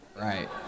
Right